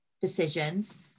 decisions